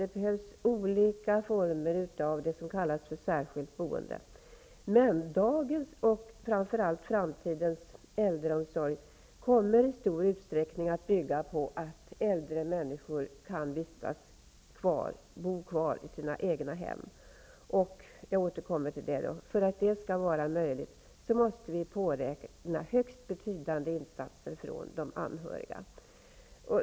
Det behövs olika former av det som kallas för särskilt boende. Men dagens och framför allt framtidens äldreomsorg kommer i stor utsträckning att bygga på att äldre människor kan bo kvar i sina egna hem. För att det skall vara möjligt måste vi räkna med högst betydande insatser från de anhöriga.